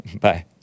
Bye